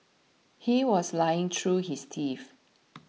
he was lying through his teeth